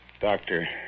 Doctor